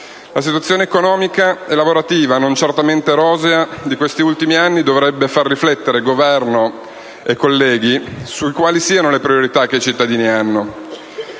La situazione economica e lavorativa, non certamente rosea, di questi ultimi anni dovrebbe far riflettere il Governo e i colleghi su quali siano le priorità dei cittadini.